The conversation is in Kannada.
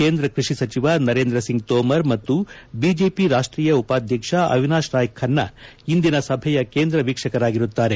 ಕೇಂದ್ರ ಕೃಷಿ ಸಚಿವ ನರೇಂದ್ರ ಸಿಂಗ್ ತೋಮರ್ ಮತ್ತು ಬಿಜೆಪಿ ರಾಷ್ಕೀಯ ಉಪಾಧ್ಯಕ್ಷ ಅವಿನಾಶ್ ರಾಯ್ ಖನ್ತ ಇಂದಿನ ಸಭೆಯ ಕೇಂದ್ರ ವೀಕ್ಷಕರಾಗಿರುತ್ತಾರೆ